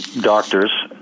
doctors